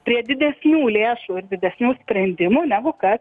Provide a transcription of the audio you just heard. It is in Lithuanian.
prie didesnių lėšų ir didesnių sprendimų negu kad